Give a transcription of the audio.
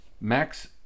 Max